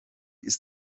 ist